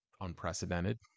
Unprecedented